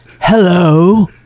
hello